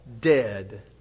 dead